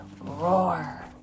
roar